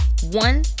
one